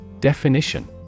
Definition